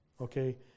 okay